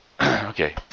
Okay